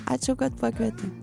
ačiū kad pakvietei